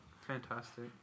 Fantastic